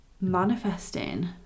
manifesting